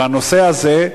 בנושא הזה,